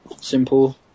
simple